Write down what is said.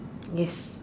yes